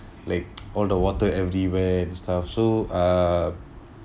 like all the water everywhere and stuff so uh